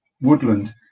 woodland